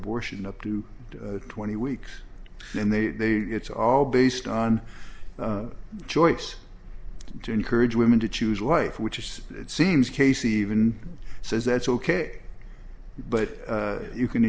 abortion up to twenty weeks and they it's all based on choice to encourage women to choose life which is it seems case even says that's ok but you can